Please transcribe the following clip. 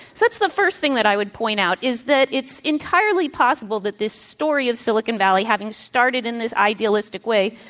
so that's the first thing that i would point out, is that it's entirely possible that this story of silicon valley, having started in this idealistic way,